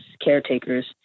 caretakers